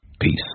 peace